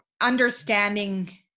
understanding